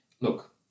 look